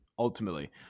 ultimately